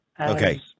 Okay